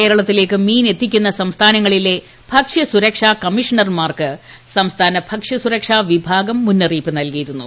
കേരളത്തിലേക്ക് മീൻ എത്തിക്കുന്ന സംസ്ഥാനങ്ങളിലെ ് ഭക്ഷ്യസുരക്ഷാ കമ്മീഷണർമാർക്ക് സംസ്ഥാന ഭക്ഷ്യസുരക്ഷാ വിഭാഗം മുന്നറിയിപ്പ് നൽകിയിരുന്നു